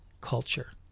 culture